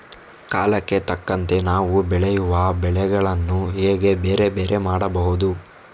ಕಾಲಕ್ಕೆ ತಕ್ಕಂತೆ ನಾವು ಬೆಳೆಯುವ ಬೆಳೆಗಳನ್ನು ಹೇಗೆ ಬೇರೆ ಬೇರೆ ಮಾಡಬಹುದು?